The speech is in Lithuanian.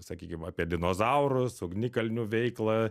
sakykim apie dinozaurus ugnikalnių veiklą